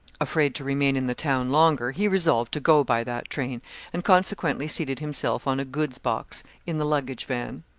afraid to remain in the town longer, he resolved to go by that train and consequently seated himself on a goods' box in the luggage van.